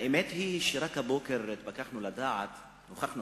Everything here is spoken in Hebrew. האמת היא שרק הבוקר נוכחנו לדעת,